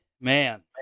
Man